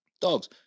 Dogs